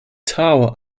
tower